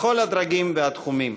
בכל הדרגים והתחומים.